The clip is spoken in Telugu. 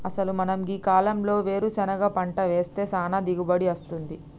అసలు మనం గీ కాలంలో వేరుసెనగ పంట వేస్తే సానా దిగుబడి అస్తుంది